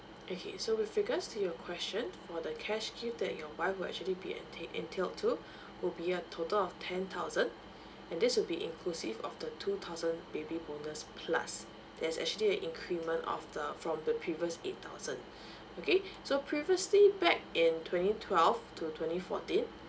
okay so with regards to your question for the cash gift that your wife will actually be enta~ entailed to would be a total of ten thousand and this would be inclusive of the two thousand baby bonus plus that's actually a increment of the from the previous eight thousand okay so previously back in twenty twelve to twenty fourteen